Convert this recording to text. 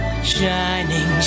Shining